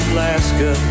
Alaska